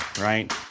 right